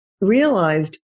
realized